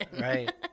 Right